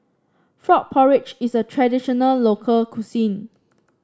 Frog Porridge is a traditional local cuisine